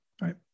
right